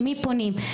למי פונים.